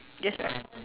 just write